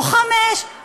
לא חמש,